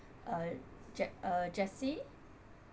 uh je~ uh jessie